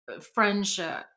friendship